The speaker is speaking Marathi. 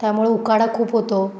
त्यामुळं उकाडा खूप होतो